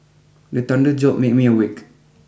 the thunder jolt me me awake